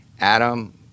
Adam